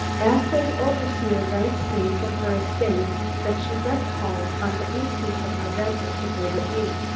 asta's overseer writes me from her estate that she left home on the eighteenth of november to visit me.